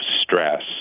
stress